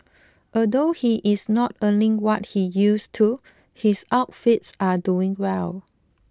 although he is not earning what he used to his outfits are doing well